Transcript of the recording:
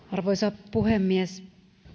arvoisa puhemies